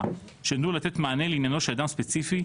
שנועדו לתת מענה לעניינו של אדם ספציפי,